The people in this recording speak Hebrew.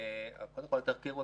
לא למשטרה הירוקה,